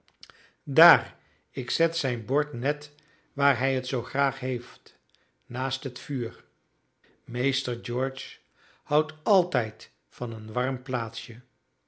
zij daar ik zet zijn bord net waar hij het zoo graag heeft naast het vuur meester george houdt altijd van een warm plaatsje